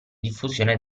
diffusione